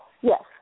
Yes